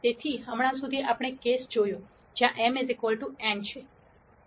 તેથી હમણાં સુધી આપણે કેસ જોયો જ્યાં m n